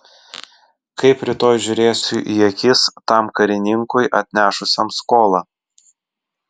kaip rytoj žiūrėsiu į akis tam karininkui atnešusiam skolą